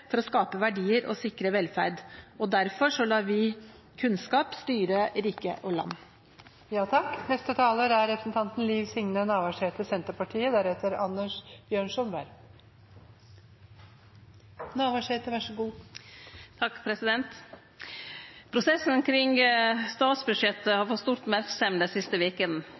for å skape verdier og sikre velferd, og derfor lar vi kunnskap styre rike og land. Prosessen kring statsbudsjettet har fått stor merksemd dei siste vekene.